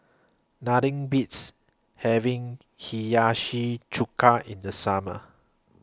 Nothing Beats having Hiyashi Chuka in The Summer